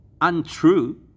untrue